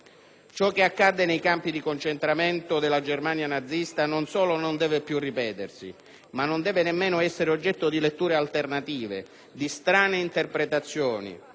Ciò che accadde nei campi di concentramento della Germania nazista non solo non deve più ripetersi, ma non deve nemmeno essere oggetto di letture alternative, di strane interpretazioni,